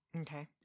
okay